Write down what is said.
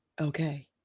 okay